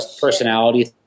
personality